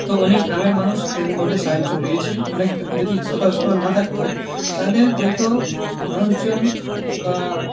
তো অনেক গ্রামের মানুষ এরকমভাবে সাহায্য পেয়েছে অনেক যদি সদর হাসপাতাল না থাকত তাহলে হয়ত মানুষজন বা